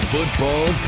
Football